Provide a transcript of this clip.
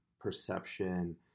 perception